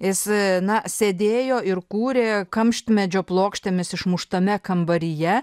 jis na sėdėjo ir kūrė kamštį medžio plokštėmis išmuštame kambaryje